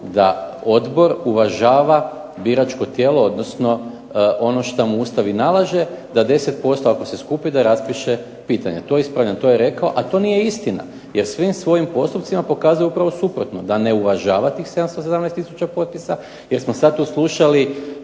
da odbor uvažava biračko tijelo, odnosno što mu Ustav i nalaže da 10% ako se skupi da raspiše pitanja, to ispravljam, to je rekao. A to nije istina, jer svim svojim postupcima pokazuje suprotno da ne uvažava tih 717 tisuća potpisa, jer smo sada tu slušali